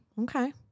Okay